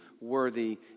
worthy